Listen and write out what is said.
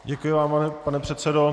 Děkuji vám, pane předsedo.